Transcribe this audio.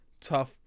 tough